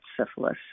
syphilis